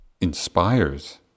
inspires